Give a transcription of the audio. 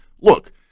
Look